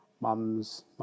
Mum's